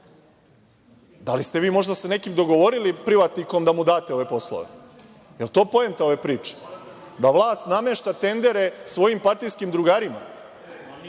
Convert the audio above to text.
Da li ste se možda sa nekim privatnikom dogovorili da mu date ove poslove? Da li je to poenta ove priče? Da vlast namešta tendere svojim partijskim drugovima?